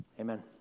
amen